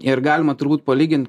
ir galima turbūt palygint